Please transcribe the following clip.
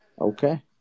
Okay